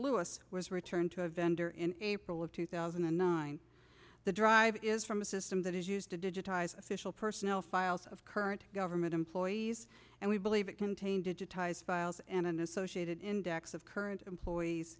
louis was returned to a vendor in april of two thousand and nine the drive is from a system that is used to digitize official personnel files of current government employees and we believe it contained digitized files and an associated index of current employees